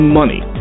money